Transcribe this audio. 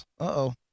Uh-oh